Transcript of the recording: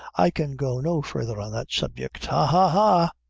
i can go no further on that subject ha! ha! ha!